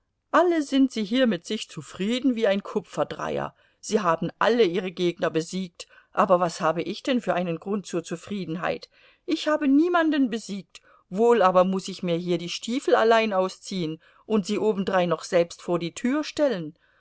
alle sind sie hier mit sich zufrieden wie ein kupferdreier sie haben alle ihre gegner besiegt aber was habe ich denn für einen grund zur zufriedenheit ich habe niemanden besiegt wohl aber muß ich mir hier die stiefel allein ausziehen und sie obendrein noch selbst vor die tür stellen